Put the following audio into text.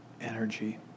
energy